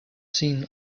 seen